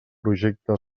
projecte